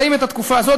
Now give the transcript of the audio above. חיים את התקופה הזאת.